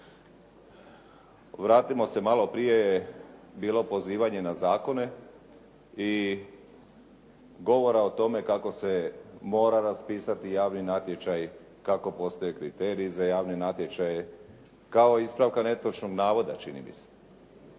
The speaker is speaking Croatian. vratimo se malo prije je bilo pozivanje na zakone i govora o tome kako se mora raspisati javni natječaj, kako postoje kriteriji za javni natječaj kao ispravka netočnog navoda čini mi se.